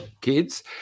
kids